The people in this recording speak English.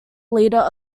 leader